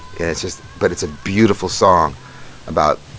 and it's just but it's a beautiful song about,